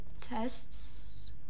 tests